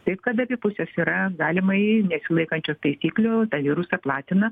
taip kad abi pusės yra galimai nesilaikančios taisyklių tą virusą platina